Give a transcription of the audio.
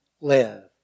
live